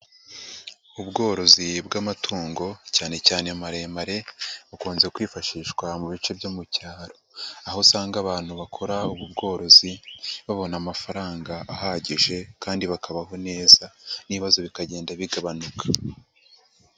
Ubworozi bw'amatungo cyane cyane maremare, bukunze kwifashishwa mu bice byo mu cyaro, aho usanga abantu bakora bworozi babona amafaranga ahagije kandi bakabaho neza n'ibibazo bikagenda bigabanuka.